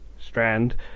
strand